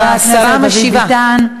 חבר הכנסת דוד ביטן,